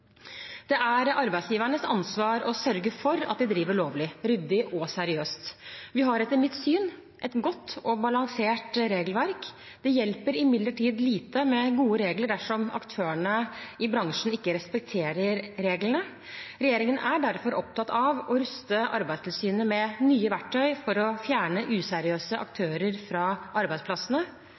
Det er arbeidsgivernes ansvar å sørge for at de driver lovlig, ryddig og seriøst. Vi har etter mitt syn et godt og balansert regelverk. Det hjelper imidlertid lite med gode regler dersom aktørene i bransjen ikke respekterer reglene. Regjeringen er derfor opptatt av å ruste Arbeidstilsynet med nye verktøy for å fjerne useriøse aktører fra arbeidsplassene.